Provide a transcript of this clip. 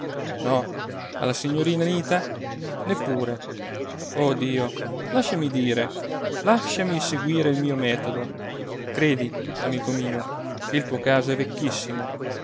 no alla signorina anita neppure oh dio lasciami dire lasciami seguire il mio metodo credi amico mio che il tuo caso è vecchissimo